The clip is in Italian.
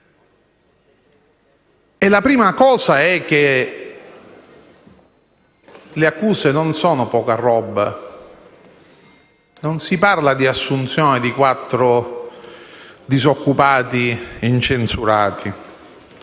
La prima cosa è che le accuse non sono "poca roba" e non si parla dell'assunzione di quattro disoccupati incensurati.